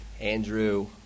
Andrew